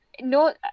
no